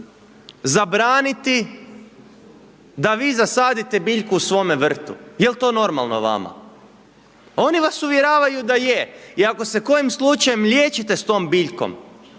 zabraniti da vi zasadite biljku u svome vrtu? Jel to normalno vama? Oni vas uvjeravaju da je i ako se kojim slučajem liječite s tom biljkom